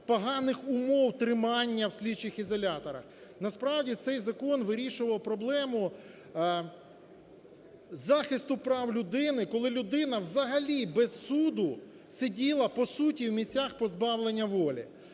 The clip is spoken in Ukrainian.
поганих умов тримання у слідчих ізоляторах, насправді, цей закон вирішував проблему захисту прав людину, коли людина взагалі без суду сиділа по суті у місцях позбавлення волі.